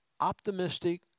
Optimistic